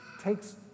takes